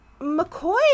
McCoy